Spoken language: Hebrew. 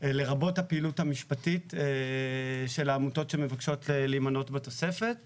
לרבות הפעילות המשפטית של העמותות שמבקשות להימנות בתוספת ולבקשתנו.